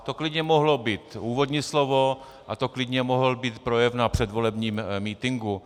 To klidně mohlo být úvodní slovo a to klidně mohl být projev na předvolebním mítinku.